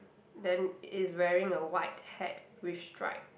then is wearing a white hat with stripe